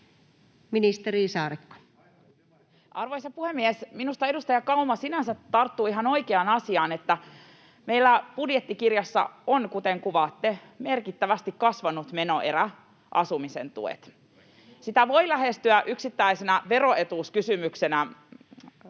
Content: Arvoisa puhemies! Minusta edustaja Kauma sinänsä tarttuu ihan oikeaan asiaan, että meillä budjettikirjassa on, kuten kuvaatte, merkittävästi kasvanut menoerä, asumisen tuet. [Vilhelm Junnilan välihuuto] Sitä voi lähestyä yksittäisenä veroetuuskysymyksenä